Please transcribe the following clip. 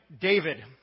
David